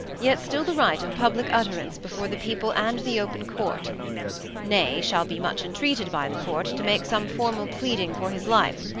yet still the right of public utterance before the people and the open court nay, shall be much entreated by the court, to make some formal pleading for his life,